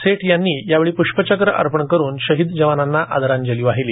सेठ यांनी यावेळी पुष्पचक्र अर्पण करून शहीद जवानाना आदरांजली वाहिली